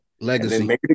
Legacy